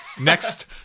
next